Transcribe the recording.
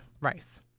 rice